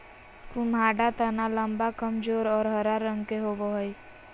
कुम्हाडा तना लम्बा, कमजोर और हरा रंग के होवो हइ